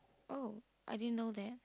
oh I didn't know that